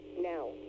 now